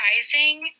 surprising